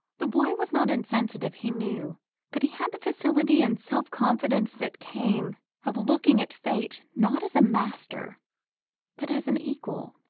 the boy was not insensitive, he knew but he had the facility and self-confidence that came of looking at fate not as a master but as an equal.